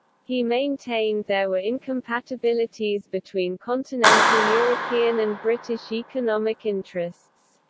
he maintained there were incompatibilities between continental european and british economic interests.